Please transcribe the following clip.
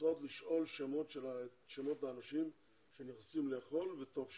אוסרות לשאול שאלות את האנשים שנכנסים לאכול וטוב שכך.